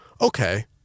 Okay